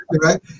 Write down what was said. right